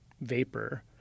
vapor